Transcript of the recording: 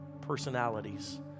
personalities